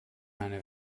einer